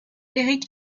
éric